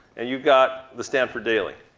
and you've got the stanford daily.